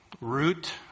root